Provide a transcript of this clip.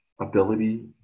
ability